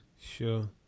Sure